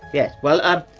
yes. well, er.